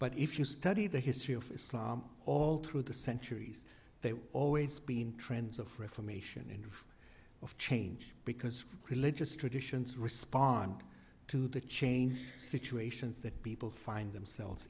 but if you study the history of islam all through the centuries they will always be in trends of reformation and of of change because religious traditions respond to the change situations that people find themselves